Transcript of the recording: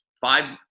five